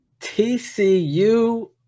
TCU